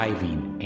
Driving